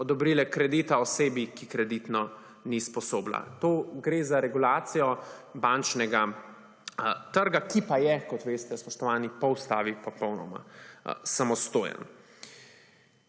odobrile kredita osebi, ki kreditno ni sposobna. To gre za regulacijo bančnega trga, ki pa je, kot veste, spoštovani, po Ustavi popolnoma samostojen.